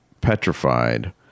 petrified